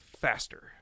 faster